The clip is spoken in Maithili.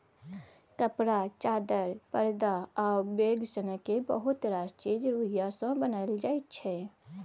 कपड़ा, चादर, परदा आ बैग सनक बहुत रास चीज रुइया सँ बनाएल जाइ छै